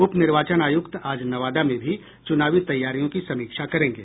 उपनिर्वाचन आयुक्त आज नवादा में भी चूनावी तैयारियों की समीक्षा करेंगे